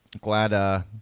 Glad